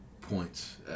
points